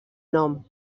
nom